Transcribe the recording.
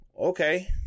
Okay